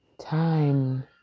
Time